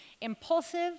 impulsive